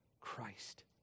Christ